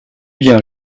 bien